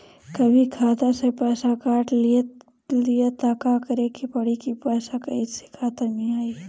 कभी खाता से पैसा काट लि त का करे के पड़ी कि पैसा कईसे खाता मे आई?